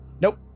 Nope